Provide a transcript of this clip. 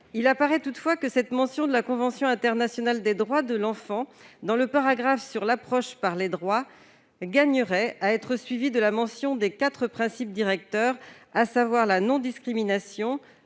Il apparaît toutefois que la mention de la convention internationale des droits de l'enfant dans le paragraphe sur l'approche par les droits gagnerait à être suivie de la mention des quatre principes directeurs que sont la non-discrimination,